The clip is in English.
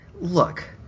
look